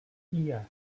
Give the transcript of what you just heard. iya